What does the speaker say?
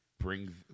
bring